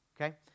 Okay